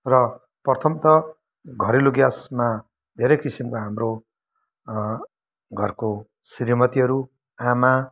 र प्रथम त घरेलु ग्यासमा धेरै किसिमको हाम्रो घरको श्रीमतीहरू आमा